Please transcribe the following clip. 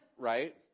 right